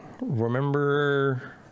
remember